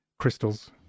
Crystals